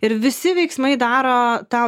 ir visi veiksmai daro tą